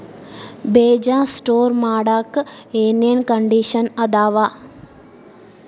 ಬೇಜ ಸ್ಟೋರ್ ಮಾಡಾಕ್ ಏನೇನ್ ಕಂಡಿಷನ್ ಅದಾವ?